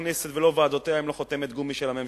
לא הכנסת ולא ועדותיה הן חותמת גומי של הממשלה,